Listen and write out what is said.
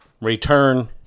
return